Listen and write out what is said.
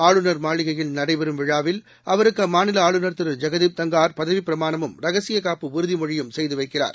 ஆளுநர் மாளிகையில் நடைபெறும் விழாவில் அவருக்குஅம்மாநிலஆளுநர் திருஜெகதீப் தங்கார் பதவிப்பிரமாணமும் ரகசியகாப்பு உறுதிமொழியும் செய்துவைக்கிறார்